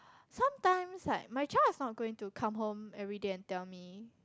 sometimes like my child is not going to come home everyday and tell me